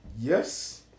yes